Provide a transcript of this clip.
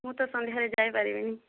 ମୁଁ ତ ସନ୍ଧ୍ୟାରେ ଯାଇପାରିବିନି